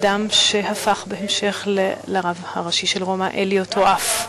אדם שהפך בהמשך לרב הראשי של רומא, אליהו טואף.